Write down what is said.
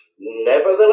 Nevertheless